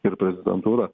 ir prezidentūra